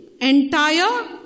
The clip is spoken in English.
entire